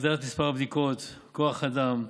הגדלת מספר הבדיקות, כוח אדם,